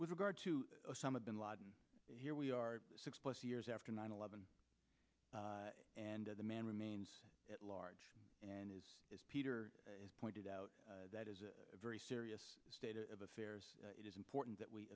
with regard to osama bin laden here we are six plus years after nine eleven and the man remains at large and is as peter pointed out that is a very serious state of affairs it is important that we